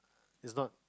is not